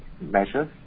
measures